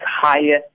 Higher